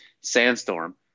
Sandstorm